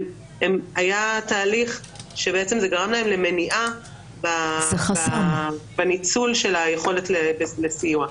הם עברו תהליך שבעצם גרם להם למניעה בניצול של היכולת לסיוע.